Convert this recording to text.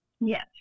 Yes